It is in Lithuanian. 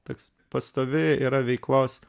toks pastovi yra veiklos